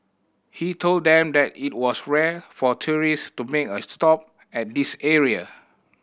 he told them that it was rare for tourist to make a stop at this area